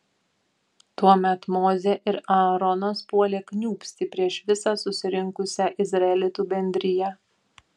tuomet mozė ir aaronas puolė kniūbsti prieš visą susirinkusią izraelitų bendriją